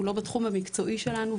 הוא לא בתחום המקצועי שלנו,